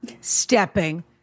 stepping